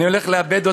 אני הולך לאבד אותם.